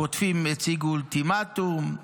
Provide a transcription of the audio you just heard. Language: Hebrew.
החוטפים הציגו אולטימטום,